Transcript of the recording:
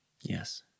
Yes